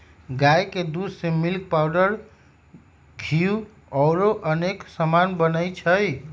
गाई के दूध से मिल्क पाउडर घीउ औरो अनेक समान बनै छइ